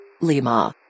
Lima